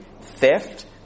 theft